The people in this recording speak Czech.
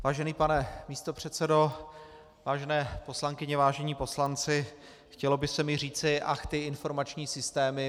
Vážený pane místopředsedo, vážené poslankyně, vážení poslanci, chtělo by se mi říci ach, ty informační systémy.